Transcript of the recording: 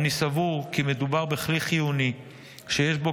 אני סבור כי מדובר בכלי חיוני שיש בו